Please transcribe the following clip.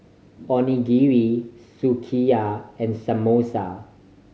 Onigiri Sukiyaki and Samosa